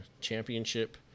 Championship